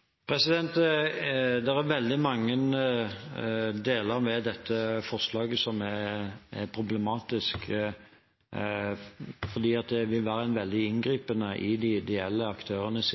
er veldig mange deler av dette forslaget som er problematisk, fordi det vil være veldig inngripende i de ideelle aktørenes